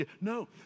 No